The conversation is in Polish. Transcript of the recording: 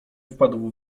wpadł